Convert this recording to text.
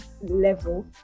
level